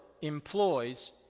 employs